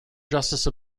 justice